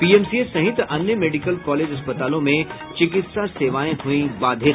PMCH सहित अन्य medical college अस्पतालों में चिकित्सा सेवाएं हुई बाधित